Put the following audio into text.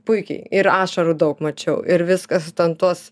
puikiai ir ašarų daug mačiau ir viskas ten tuos